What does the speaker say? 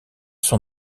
son